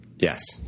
Yes